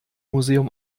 museum